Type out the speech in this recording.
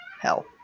hell